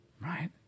right